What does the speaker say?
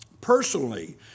personally